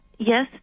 Yes